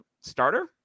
starter